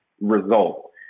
result